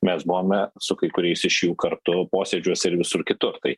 mes buvome su kai kuriais iš jų kartu posėdžiuose ir visur kitur tai